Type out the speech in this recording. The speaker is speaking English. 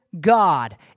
God